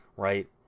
right